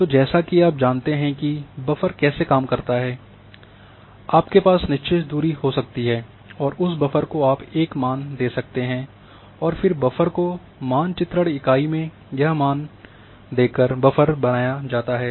तो जैसा कि आप जानते हैं कि बफर कैसे काम करता है आप के पास निश्चित दूरी हो सकती है और उस बफर को आप एक मान देते हैं और फिर बफर को मानचित्रण इकाई में यह मान देकर बफर बनाया जाता है